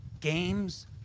games